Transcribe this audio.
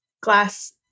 glass